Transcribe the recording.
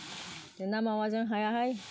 ना मावाजों हायाहाय